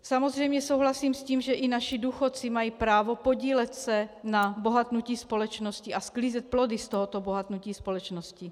Samozřejmě souhlasím s tím, že i naši důchodci mají právo se podílet na bohatnutí společnosti a sklízet plody z tohoto bohatnutí společnosti.